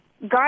God